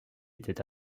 était